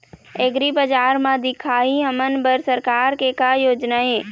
एग्रीबजार म दिखाही हमन बर सरकार के का योजना हे?